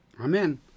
Amen